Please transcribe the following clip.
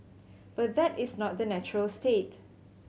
but that is not the natural state